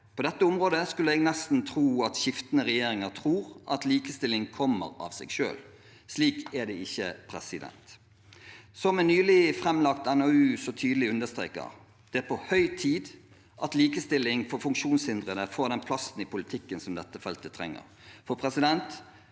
er nettopp det. En skulle nesten tro at skiftende regjeringer tror at likestilling kommer av seg selv på dette området. Slik er det ikke. Som en nylig framlagt NOU så tydelig understreker: Det er på høy tid at likestilling for funksjonshindrede får den plassen i politikken som dette feltet trenger, for likestilling